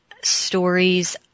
stories